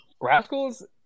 Rascals